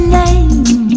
name